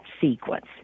sequence